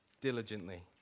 diligently